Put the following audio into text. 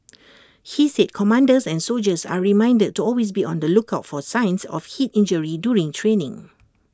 he said commanders and soldiers are reminded to always be on the lookout for signs of heat injury during training